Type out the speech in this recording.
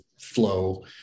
flow